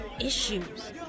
issues